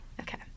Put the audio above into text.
Okay